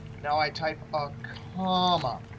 now i type a comma.